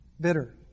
bitter